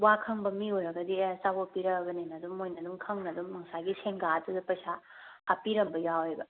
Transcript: ꯋꯥ ꯈꯪꯕ ꯃꯤ ꯑꯣꯏꯔꯒꯗꯤ ꯑꯦ ꯑꯆꯥꯄꯣꯠ ꯄꯤꯔꯛꯑꯕꯅꯤꯅ ꯑꯗꯨꯝ ꯃꯈꯣꯏꯅ ꯑꯗꯨꯝ ꯈꯪꯅ ꯑꯗꯨꯝ ꯉꯁꯥꯏꯒꯤ ꯁꯦꯡꯒꯥꯗꯨꯗ ꯄꯩꯁꯥ ꯍꯥꯞꯄꯤꯔꯝꯕ ꯌꯥꯎꯋꯦꯕ